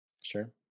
Sure